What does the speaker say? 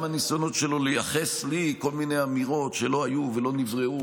גם הניסיונות שלו לייחס לי כל מיני אמירות שלא היו ולא נבראו,